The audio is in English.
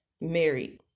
married